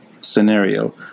scenario